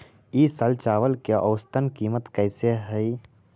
ई साल चावल के औसतन कीमत कैसे हई?